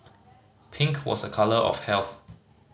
pink was a colour of health